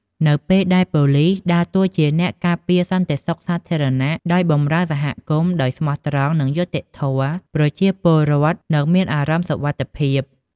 នៅពេលដែល ប៉ូលីសដើរតួជាអ្នកការពារសន្តិសុខសាធារណៈ ដោយបម្រើសហគមន៍ដោយស្មោះត្រង់ និងយុត្តិធម៌ ប្រជាពលរដ្ឋនឹងមាន អារម្មណ៍សុវត្ថិភាព។